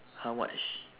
how much